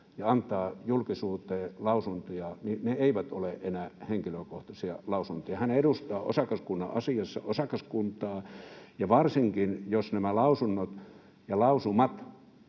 ja antaa julkisuuteen lausuntoja, niin ne eivät ole enää henkilökohtaisia lausuntoja. Hän edustaa osakaskunnan asiassa osakaskuntaa, ja varsinkin jos nämä lausunnot ja lausumat,